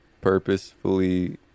purposefully